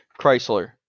Chrysler